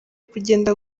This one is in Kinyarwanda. kugenda